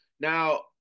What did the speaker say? now